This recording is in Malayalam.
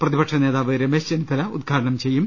പ്രതിപക്ഷനേതാവ് രമേശ് ചെന്നിത്തല ഉദ്ഘാ ടനം ചെയ്യും